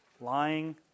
lying